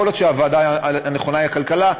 יכול להיות שהוועדה הנכונה היא הכלכלה,